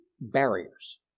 barriers